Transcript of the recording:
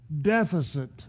deficit